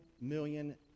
million